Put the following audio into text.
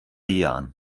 jahren